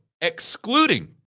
Excluding